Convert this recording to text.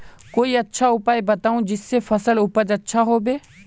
कोई अच्छा उपाय बताऊं जिससे फसल उपज अच्छा होबे